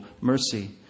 mercy